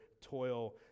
toil